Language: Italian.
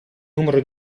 numero